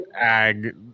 ag